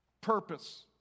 purpose